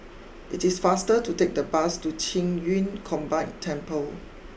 it is faster to take the bus to Qing Yun Combined Temple